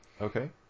Okay